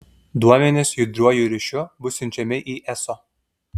duomenys judriuoju ryšiu bus siunčiami į eso